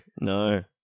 No